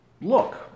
look